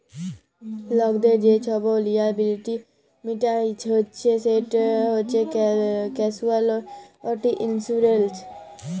লকদের যে ছব লিয়াবিলিটি মিটাইচ্ছে সেট হছে ক্যাসুয়ালটি ইলসুরেলস